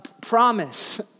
promise